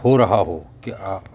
ہو رہا ہو کہ آ